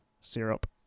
Syrup